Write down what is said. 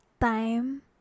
time